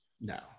No